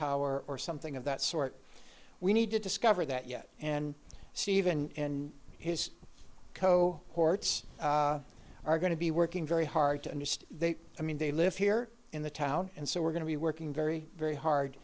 tower or something of that sort we need to discover that yet and see even his co courts are going to be working very hard to understand i mean they live here in the town and so we're going to be working very very hard